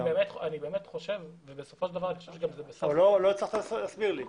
לא הצלחת להסביר לי.